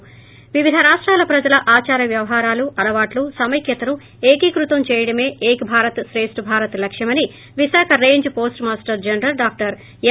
ి వివిధ రాష్టాల ప్రజల ఆచార వ్యవహారాలు అలవాట్లు సమైక్యతను ఏకీకృతం చయడమే ఏక్ భారత్ శ్రేష్ట భారత్ లక్ష్యమని Visakha range post master general doctor యం